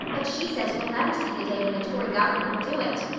but she says we'll never see the day when a tory government will do it.